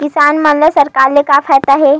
किसान मन ला सरकार से का फ़ायदा हे?